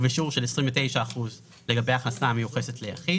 ובשיעור של 29 אחוזים לגבי הכנסה המיוחסת ליחיד"